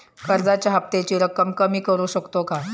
कर्जाच्या हफ्त्याची रक्कम कमी करू शकतो का?